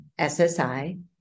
SSI